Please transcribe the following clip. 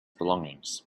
belongings